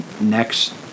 next